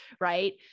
right